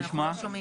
התשפ"ב-2021.